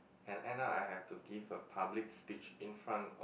and end up I have to give a public speech in front of